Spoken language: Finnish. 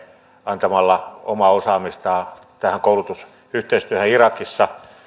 antamalla omaa osaamistaan tähän koulutusyhteistyöhön irakissa